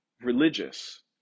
religious